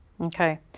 Okay